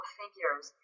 figures